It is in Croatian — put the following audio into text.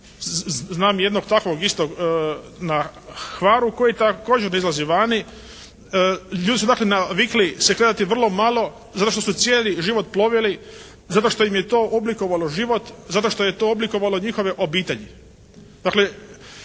Znam jednog takvog isto na Hvaru koji također izlazi vani. Ljudi su dakle navikli se kretati vrlo malo zato što su cijeli život plovili, zato što im je to oblikovalo život, zato što je to oblikovalo njihove obitelji.